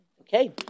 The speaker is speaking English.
okay